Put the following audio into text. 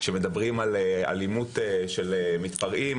כשמדברים על אלימות של מתפרעים,